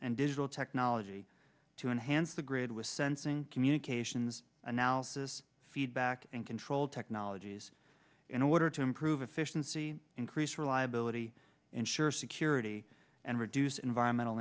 and digital technology to enhance the grid with sensing communications analysis feedback and control technologies in order to improve efficiency increase reliability ensure security and reduce environmental